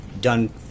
done